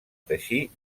teixir